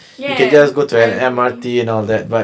yes I agree